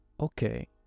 okay